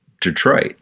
Detroit